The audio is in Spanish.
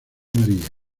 maría